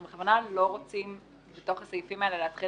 אנחנו בכוונה לא רוצים בתוך הסעיפים האלה להתחיל